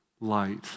light